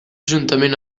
juntament